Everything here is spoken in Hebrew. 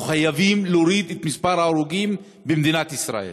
אנחנו חייבים להוריד את מספר ההרוגים במדינת ישראל.